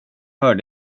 hör